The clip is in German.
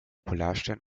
polarstern